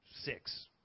six